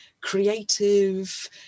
creative